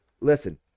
Listen